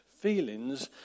feelings